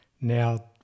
now